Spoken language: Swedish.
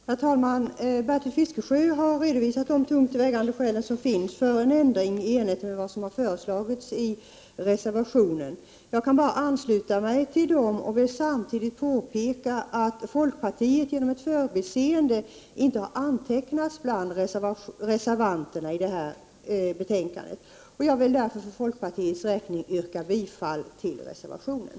Herr talman! Bertil Fiskesjö har redovisat de tungt vägande skälen för en ändring i enlighet med vad som har föreslagits i reservationen. Jag kan bara ansluta mig till hans synpunkter och vill samtidigt påpeka att folkpartiet genom ett förbiseende inte har antecknats bland reservanterna i betänkandet. Jag vill för folkpartiets räkning yrka bifall till reservationen.